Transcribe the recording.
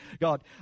God